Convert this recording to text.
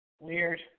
Weird